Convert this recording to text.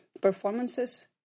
performances